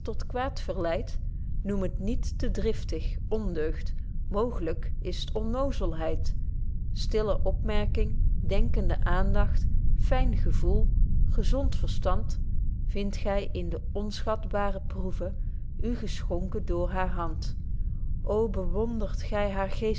kwaad verleid noemt het niet te driftig ondeugd mooglyk is t onnozelheid stille opmerking denkende aandagt fyn gevoel gezond verstand vind gy in de onschatbre proeve u geschonken door haar hand ô bewonderd gy haar